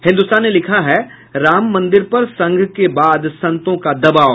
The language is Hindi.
हिन्दुस्तान ने लिखा है राम मंदिर पर संघ के बाद संतों का दबाव